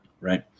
right